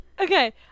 Okay